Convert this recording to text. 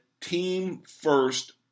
team-first